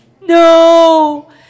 No